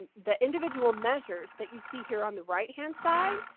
the individual measures that you see here on the right hand side,